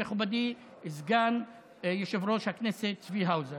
מכובדי סגן היושב-ראש צבי האוזר.